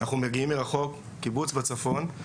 אנחנו מגיעים מרחוק, קיבוץ בצפון,